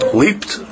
leaped